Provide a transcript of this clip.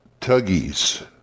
Tuggies